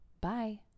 Bye